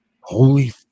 Holy